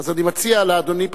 אז אני מציע לאדוני,